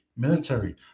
military